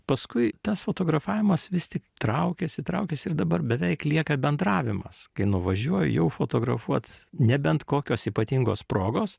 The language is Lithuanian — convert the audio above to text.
paskui tas fotografavimas vis tik traukiasi traukiasi ir dabar beveik lieka bendravimas kai nuvažiuoji jau fotografuot nebent kokios ypatingos progos